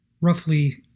roughly